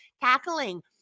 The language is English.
cackling